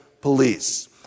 police